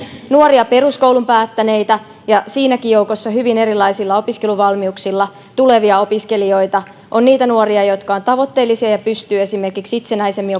nuoria peruskoulun päättäneitä ja siinäkin joukossa hyvin erilaisilla opiskeluvalmiuksilla tulevia opiskelijoita on niitä nuoria jotka ovat tavoitteellisia ja pystyvät esimerkiksi itsenäisemmin